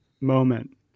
moment